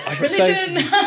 Religion